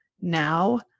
now